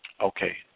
Okay